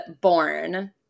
born